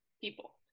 people